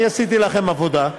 אני עשיתי לכם עבודה.